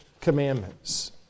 Commandments